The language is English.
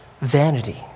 vanity